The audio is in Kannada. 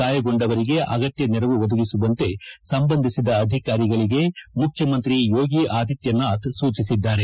ಗಾಯಗೊಂಡವರಿಗೆ ಅಗತ್ನ ನೆರವು ಒದಗಿಸುವಂತೆ ಸಂಬಂಧಿತ ಅಧಿಕಾರಿಗಳಗೆ ಮುಖ್ಯಮಂತ್ರಿ ಯೋಗಿ ಆದಿತ್ತನಾಥ್ ಸೂಚಿಸಿದ್ದಾರೆ